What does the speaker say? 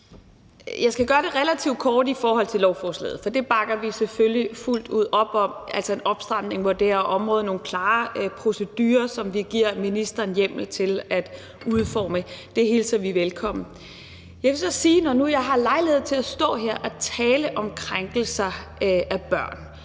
Jeg skal gøre det relativt kort i forhold til lovforslaget, for det bakker vi selvfølgelig fuldt ud op om, altså en opstramning på det her område med nogle klare procedurer, som vi giver ministeren hjemmel til at udforme – det hilser vi velkommen. Jeg vil så sige, når nu jeg har lejlighed til at stå her og tale om krænkelser af børn